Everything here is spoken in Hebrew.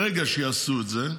ברגע שיעשו את זה,